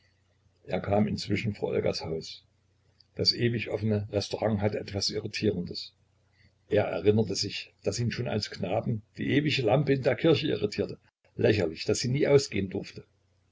er kam inzwischen vor olgas haus das ewig offene restaurant hatte etwas irritierendes er erinnerte sich daß ihn schon als knaben die ewige lampe in der kirche irritierte lächerlich daß sie nie ausgehen durfte